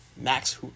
Max